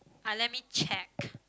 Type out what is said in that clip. ah let me check